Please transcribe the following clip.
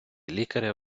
лікаря